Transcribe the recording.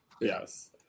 Yes